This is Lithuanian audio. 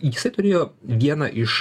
jisai turėjo vieną iš